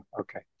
Okay